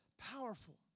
powerful